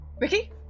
Ricky